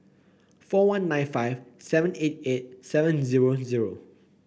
four one nine five seven eight eight seven zero zero